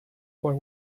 for